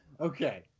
Okay